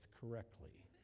correctly